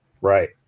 Right